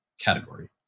category